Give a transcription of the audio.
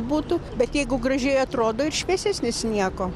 būtų bet jeigu gražiai atrodo ir šviesesnis nieko